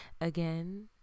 again